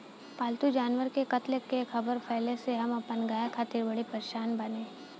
पाल्तु जानवर के कत्ल के ख़बर फैले से हम अपना गाय खातिर बड़ी परेशान बानी